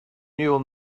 neural